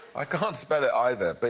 i can't spell it, either, but